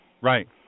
Right